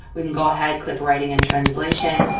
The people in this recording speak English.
we can go ahead click writing and translation.